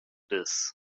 this